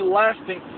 lasting